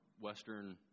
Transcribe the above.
Western